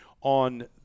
on